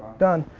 done.